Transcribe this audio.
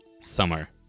Summer